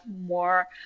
more